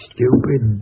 Stupid